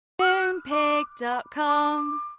Moonpig.com